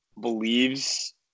believes